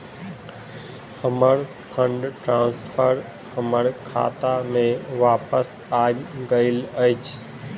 हमर fund transfer हमर खाता मे बापस आबि गइल अछि